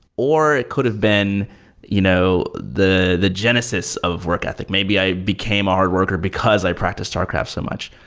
or it could have been you know the the genesis of work ethic. maybe i became a hard worker because i practiced starcraft so much.